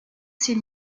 ses